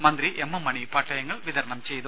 മന്ത്രി എം എം മണി പട്ടയങ്ങൾ വിതരണം ചെയ്തു